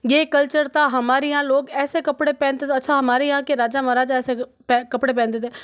यह कल्चर था हमारे यहाँ लोग ऐसे कपड़े पहनते अच्छा हमारे यहाँ के राजा महाराजा ऐसे कपड़े पहनते थे